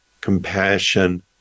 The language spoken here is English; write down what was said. compassion